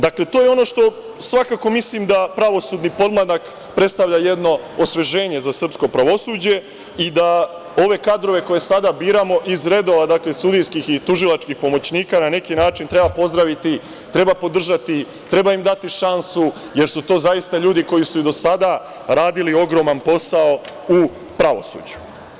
Dakle, to je ono što svakako mislim da pravosudni podmladak predstavlja jedno osveženje za srpsko pravosuđe i da ove kadrove koje sada biramo iz redova, dakle sudijskih i tužilačkih pomoćnika, na neki način treba pozdraviti, treba podržati, treba im dati šansu, jer su to zaista ljudi koji su i do sada radili ogroman posao u pravosuđu.